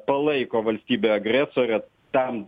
palaiko valstybę agresorę tam